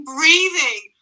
Breathing